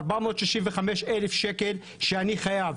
ארבע מאות שישים וחמש אלף שקל שאני חייב,